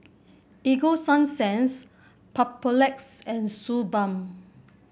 Ego Sunsense Papulex and Suu Balm